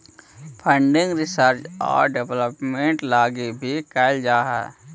funding research आउ development लगी भी कैल जा हई